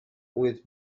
with